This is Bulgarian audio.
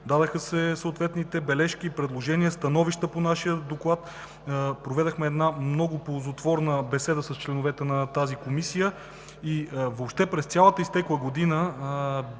дадоха се съответните бележки, предложения, становища. Проведохме една много ползотворна беседа с членовете на тази комисия. Въобще, през цялата изтекла година,